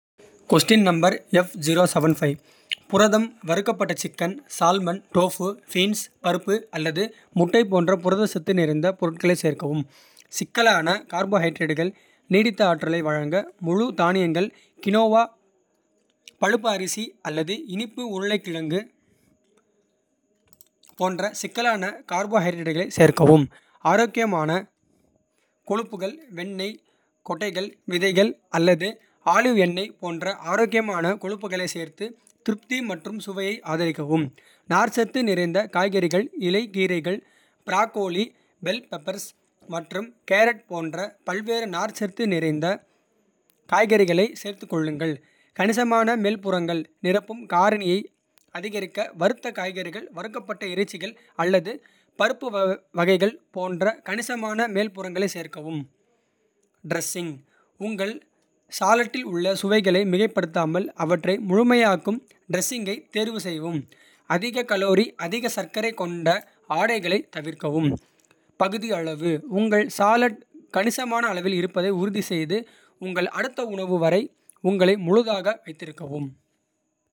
புரதம் வறுக்கப்பட்ட chicken salmon tofu beans. பருப்பு அல்லது முட்டை போன்ற புரதச் சத்து நிறைந்த. பொருட்களைச் சேர்க்கவும் சிக்கலான. கார்போஹைட்ரேட்டுகள் நீடித்த ஆற்றலை வழங்க. முழு தானியங்கள் கினோவா பழுப்பு அரிசி அல்லது. இனிப்பு உருளைக்கிழங்கு போன்ற சிக்கலான. கார்போஹைட்ரேட்டுகளைச் சேர்க்கவும். ஆரோக்கியமான கொழுப்புகள் வெண்ணெய். கொட்டைகள் விதைகள் அல்லது ஆலிவ் எண்ணெய். போன்ற ஆரோக்கியமான கொழுப்புகளைச் சேர்த்து திருப்தி. மற்றும் சுவையை ஆதரிக்கவும் நார்ச்சத்து நிறைந்த. காய்கறிகள் இலை கீரைகள் ப்ரோக்கோலி பெல் பெப்பர்ஸ். மற்றும் கேரட் போன்ற பல்வேறு நார்ச்சத்து நிறைந்த காய்கறிகளை. சேர்த்துக்கொள்ளுங்கள் கணிசமான மேல்புறங்கள். நிரப்பும் காரணியை அதிகரிக்க வறுத்த காய்கறிகள். வறுக்கப்பட்ட இறைச்சிகள் அல்லது பருப்பு வகைகள் போன்ற. கணிசமான மேல்புறங்களைச் சேர்க்கவும் டிரஸ்ஸிங். உங்கள் சாலட்டில் உள்ள சுவைகளை மிகைப்படுத்தாமல். அவற்றை முழுமையாக்கும் டிரஸ்ஸிங்கைத் தேர்வு செய்யவும். அதிக கலோரி அதிக சர்க்கரை கொண்ட ஆடைகளை தவிர்க்கவும். பகுதி அளவு உங்கள் சாலட் கணிசமான அளவில். இருப்பதை உறுதிசெய்து உங்கள் அடுத்த உணவு வரை. உங்களை முழுதாக வைத்திருக்கவும்.